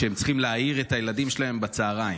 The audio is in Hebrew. הם צריכים להעיר את הילדים שלהם בצוהריים.